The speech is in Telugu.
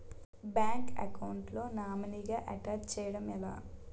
బ్యాంక్ అకౌంట్ లో నామినీగా అటాచ్ చేయడం ఎలా?